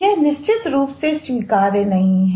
यह निश्चित रूप से स्वीकार्य नहीं है